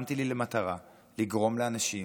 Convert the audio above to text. שמתי לי למטרה לגרום לאנשים